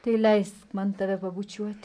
tai leisk man tave pabučiuoti